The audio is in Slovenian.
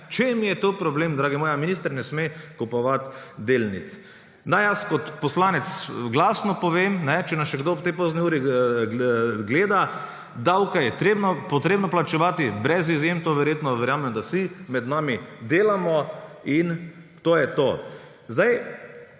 čem je to problem, dragi moji? A minister ne sme kupovati delnic? Naj jaz kot poslanec glasno povem, če nas še kdo ob tej pozni uri gleda, davke je potrebno plačevati brez izjem, to verjetno verjamem, da vsi med nami delamo, in to je to.